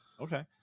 okay